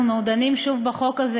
אנחנו דנים שוב בחוק הזה.